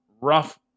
rough